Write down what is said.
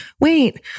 wait